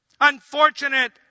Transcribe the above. unfortunate